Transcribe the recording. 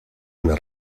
una